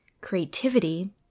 creativity